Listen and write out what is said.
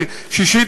השישי,